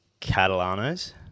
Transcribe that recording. Catalano's